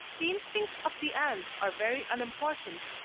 the instincts of the ant are very unimportant,